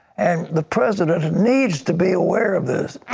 and the president needs to be aware of this.